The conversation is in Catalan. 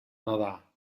nedar